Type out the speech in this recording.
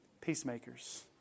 Peacemakers